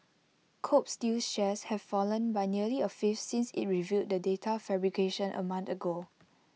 Kobe steel's shares have fallen by nearly A fifth since IT revealed the data fabrication A month ago